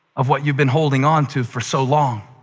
of what you've been holding on to for so long,